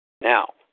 Now